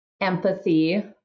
empathy